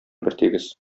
бертигез